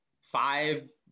five